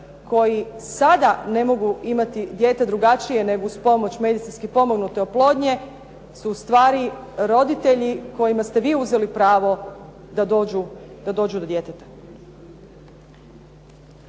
koji sada ne mogu imati dijete drugačije nego uz pomoć medicinski pomognute oplodnje su ustvari roditelji kojima ste vi uzeli pravo da dođu do djeteta.